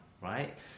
right